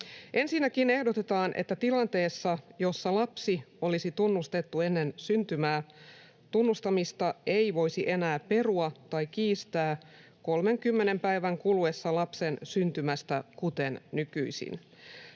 Ensinnäkin ehdotetaan, että tilanteessa, jossa lapsi olisi tunnustettu ennen syntymää, tunnustamista ei voisi enää perua tai kiistää 30 päivän kuluessa lapsen syntymästä, kuten nykyisin.